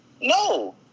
No